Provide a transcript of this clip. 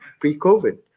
pre-COVID